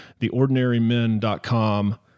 theordinarymen.com